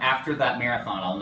after that marathon i'll